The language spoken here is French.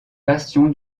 bastion